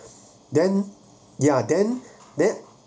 then ya then then